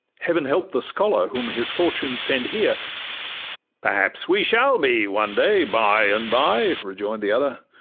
heaven help the scholar whom his fortune sends here perhaps we shall be one day, by and by rejoin'd the other,